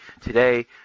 today